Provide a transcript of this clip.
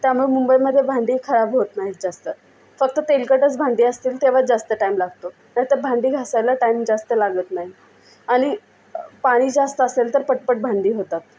त्यामुळं मुंबईमध्ये भांडी खराब होत नाहीत जास्त फक्त तेलकटच भांडी असतील तेव्हाच जास्त टाइम लागतो नाहीतर भांडी घासायला टाइम जास्त लागत नाही आणि पाणी जास्त असेल तर पटपट भांडी होतात